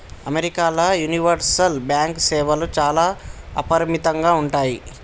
అమెరికాల universal bank సేవలు చాలా అపరిమితంగా ఉంటయ్